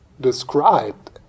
described